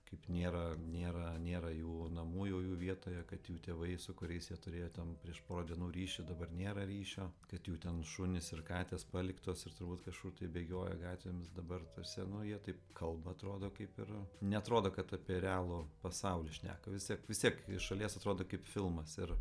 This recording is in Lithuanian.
kaip nėra nėra nėra jų namų jau jų vietoje kad jų tėvai su kuriais turėjo ten prieš pora dienų ryšį dabar nėra ryšio kad jų ten šunys ir katės paliktos ir turbūt kažkur tai bėgioja gatvėmis dabar tose nu jie taip kalba atrodo kaip ir neatrodo kad apie realų pasaulį šneka vis tiek vis tiek iš šalies atrodo kaip filmas ir